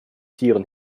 tieren